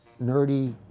nerdy